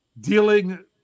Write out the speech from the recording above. dealing